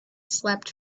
slept